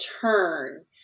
turn